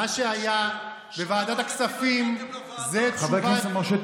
מה היה בוועדת הכספים היום?